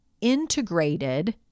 integrated